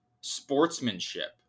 sportsmanship